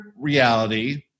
reality